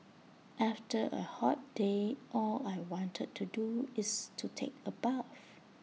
after A hot day all I want to do is take A bath